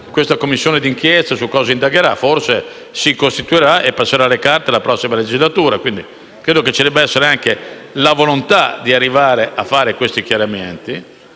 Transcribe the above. Presidente, non ho ben chiaro su cosa indagherà. Forse si costituirà e passerà le carte alla prossima legislatura. Credo dunque che ci debba essere anche la volontà di arrivare a fare questi chiarimenti,